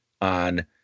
on